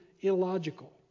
illogical